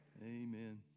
Amen